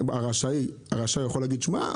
שהרשאי יכול להגיד שמע,